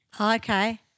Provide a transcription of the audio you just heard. Okay